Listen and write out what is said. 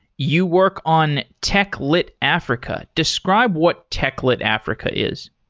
you work on techlit africa. describe what techlit africa is